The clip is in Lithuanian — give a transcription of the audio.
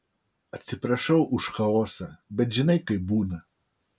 atsiprašau už chaosą bet žinai kaip būna